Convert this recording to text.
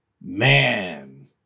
Man